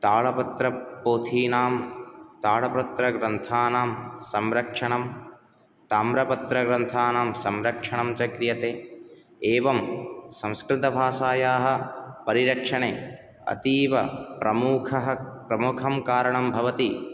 तालपत्रपोथीनां तालपत्रग्रन्थानां संरक्षणं ताम्र पत्रग्रन्थानां संरक्षणं च क्रियते एवं संस्कृतभाषायाः परिरक्षणे अतीवप्रमुखः प्रमुखं कारणं भवति